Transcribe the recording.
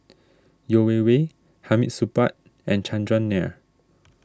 Yeo Wei Wei Hamid Supaat and Chandran Nair